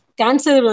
cancer